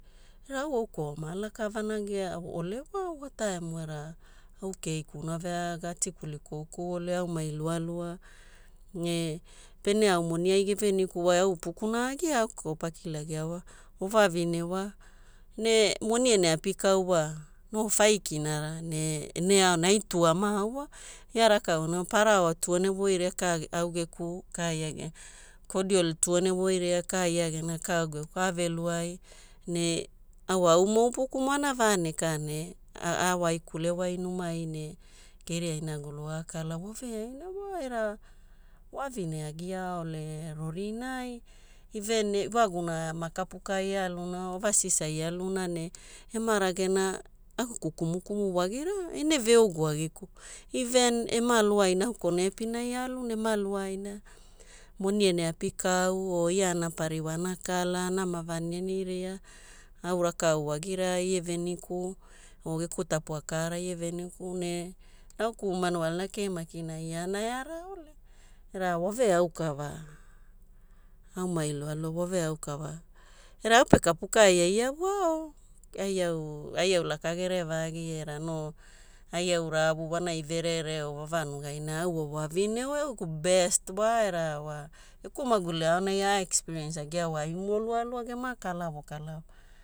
Era au aukwaua ma laka vanagiaole wa wataimu era au keikuna vea ga tikuli koukouole aumai lualua. Ne pene au moni ai gevenikuwai, au upukuna egiaaokuo pakilagia wa, wavavine wa, ne moni ene apikau wa, no faikinara, ne ene ao ne ai two ama au wa. Ia rakau na paraoa two ene voiria, ka au geku ka ia gena. cordial two ene voiria, ka ia gena ka au geku. Paave luai ne au wa aumo upukumo ana vanekaa ne aawaikule wai numai ne geria inagulu akala waveaina wa. Era wavavine agiaaole ia rorinai, even ewaguna kapukaai ealuna, overseas ai ealuna ne ema ragena au geku kumukumu wagira, ene veuguagiku. Even ema luaina au kone epinai aaluna, ema luaina moni ene apikau o ia ana pariwa ana kala anama vaanianiria, au rakau wagira ie veniku o geku tapua kaara ie veniku ne nauku manuale kei makina iana araaole. Era waveaukava, aumai lualua waveaukava era au pe kapukaai aiau ao, ai au ai au laka gerevagi era no ai au ravu wanai verere o wavanugai na au wa wavavine wa au geku best wa era wa geku maguli aonai a experience agiao wa aimo lualua gema kalavo kalavo.